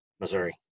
Missouri